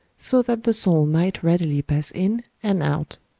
so that the soul might readily pass in and out.